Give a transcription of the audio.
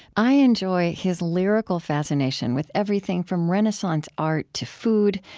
i enjoy his lyrical fascination with everything from renaissance art to food,